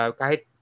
kahit